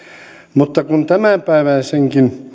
mutta kun tämänpäiväisenkin